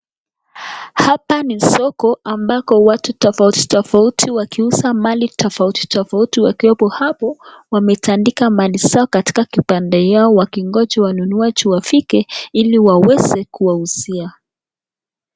Hapa ni soko ambako watu tofauti tofauti wakiuza mali tofauti tofauti wakiwapo hapo wametandika mali zao katika kibanda yao wakingoja wanunuaji wafike ili waweze kuwauzia.